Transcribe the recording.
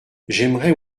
j’aimerais